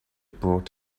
brought